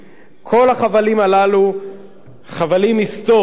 חבלים היסטוריים של ארץ-ישראל המערבית,